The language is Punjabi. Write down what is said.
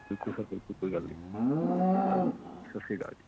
ਬਿਲਕੁਲ ਸਰ ਬਿਲਕੁਲ ਕੋਈ ਗੱਲ ਨਹੀਂ ਸਤਿ ਸ਼੍ਰੀ ਅਕਾਲ ਜੀ